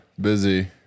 Busy